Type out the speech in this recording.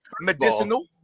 medicinal